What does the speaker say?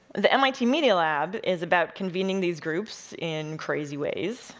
the mit media lab is about convening these groups in crazy ways,